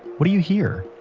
what do you hear?